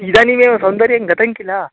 इदानीमेव सौन्दर्यं गतं किल